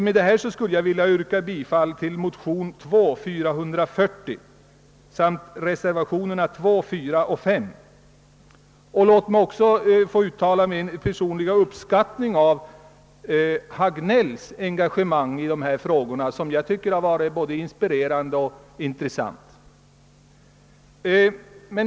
Med det sagda skulle jag vilja yrka bifall till motionen II: 240 samt reservationerna 2, 4 och 5. Låt mig också uttrycka min personliga uppskattning av herr Hagnells engagemang i dessa frågor, vilket jag tycker varit både inspirerande och intressant.